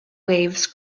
waves